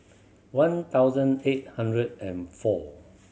one thousand eight hundred and four